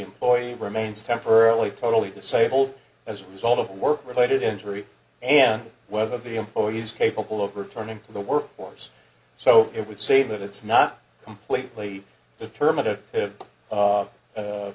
employee remains temporarily totally disabled as a result of work related injury and whether it be employees capable of returning to the work force so it would save that it's not completely determined t